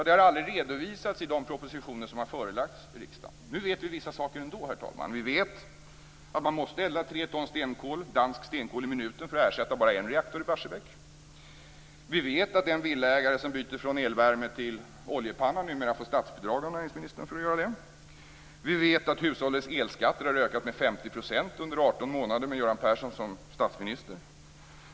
Det har aldrig redovisats i de propositioner som har förelagts riksdagen. Nu vet vi vissa saker ändå, herr talman. Vi vet att man måste elda tre ton dansk stenkol i minuten för att ersätta bara en reaktor i Barsebäck. Vi vet att den villaägare som byter från elvärme till oljepanna numera får statsbidrag av näringsministern för att göra det. Vi vet att hushållens elskatter har ökat med 50 % under 18 månader med Göran Persson som statsminister.